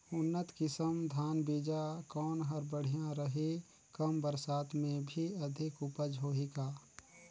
उन्नत किसम धान बीजा कौन हर बढ़िया रही? कम बरसात मे भी अधिक उपज होही का?